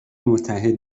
متحد